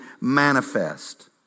manifest